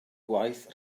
gwaith